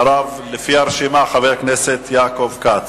אחריו, לפי הרשימה, חבר הכנסת יעקב כץ.